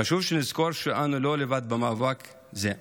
חשוב שנזכור שאנו לא לבד במאבק זה,